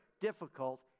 difficult